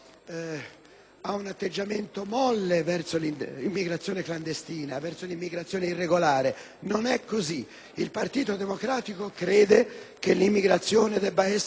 Il Partito Democratico crede che l'immigrazione debba essere regolare, e debba avvenire secondo i principi della legge, questa è la premessa.